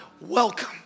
welcome